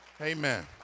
Amen